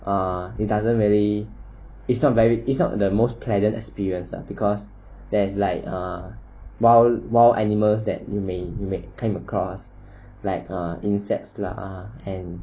ah it doesn't really it's not very it's not the most pleasant experience ah because there's like ah wild wild animals that you may you may came across like ah insect lah and